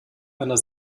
einer